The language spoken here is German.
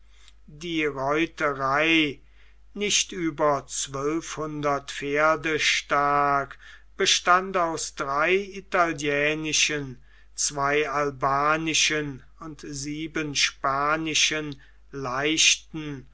die reiterei nicht über zwölfhundert pferde stark bestand aus drei italienischen zwei albanischen und sieben spanischen leichten